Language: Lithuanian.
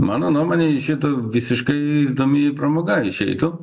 mano nuomone šita visiškai įdomi pramoga išeitų